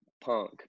punk